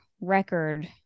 record